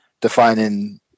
defining